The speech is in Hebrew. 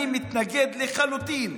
אני מתנגד לחלוטין,